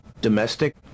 domestic